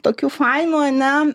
tokių fainų ane